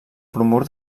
bromur